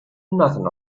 nothing